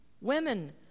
Women